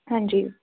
ਹਾਂਜੀ